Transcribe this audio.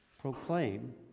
proclaim